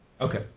Okay